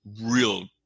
real